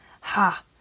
Ha